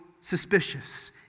suspicious